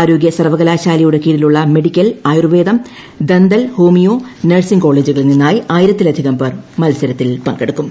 ആരോഗ്യ സർവ്വകലാശാലയുടെ കീഴിലുള്ള മെഡിക്കൽ ആയുർവേദം ദന്തൽ ഹോമിയോ നഴ്സിങ്ങ് കോളേജുകളിൽ നിന്നായി ആയിരത്തിലധികം പേർ മത്സരത്തിൽ പങ്കെടുക്കും